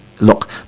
look